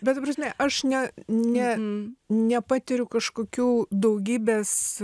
bet ta prasme aš ne ne nepatiriu kažkokių daugybės